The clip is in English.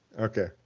Okay